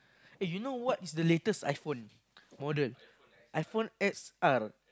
eh you know what is the latest iPhone model iPhone X_R